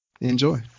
enjoy